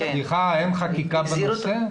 סליחה, אין חקיקה בנושא?